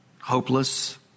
hopeless